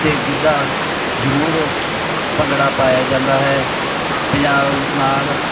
ਅਤੇ ਗਿੱਧਾ ਜ਼ਰੂਰ ਭੰਗੜਾ ਪਾਇਆ ਜਾਂਦਾ ਹੈ ਪੰਜਾਬ ਨਾਲ